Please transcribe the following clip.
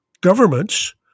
governments